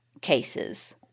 cases